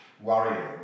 worrying